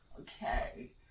Okay